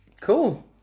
Cool